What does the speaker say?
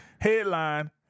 headline